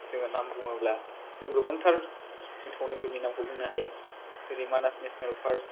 जोङो नाम बुङोब्ला जों गोबांथार जों थावनिफोरनि नामखौ बुंनो हायो जेरै मानास नेशनेल पार्क